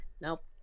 Nope